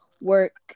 work